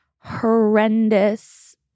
horrendous